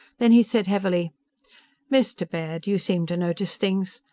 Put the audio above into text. then he said heavily mr. baird, you seem to notice things.